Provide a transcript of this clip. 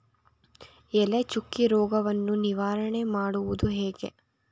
ಎಲೆ ಚುಕ್ಕಿ ರೋಗವನ್ನು ನಿವಾರಣೆ ಮಾಡುವುದು ಹೇಗೆ?